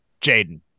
Jaden